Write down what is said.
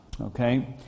okay